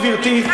גברתי,